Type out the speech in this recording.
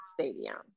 stadium